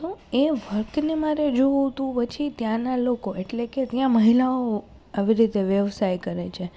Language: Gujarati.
તો એ વર્કને મારે જોવું હતું પછી ત્યાંનાં લોકો એટલે કે ત્યાં મહિલાઓ આવી રીતે વ્યવસાય કરે છે